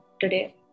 today